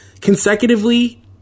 Consecutively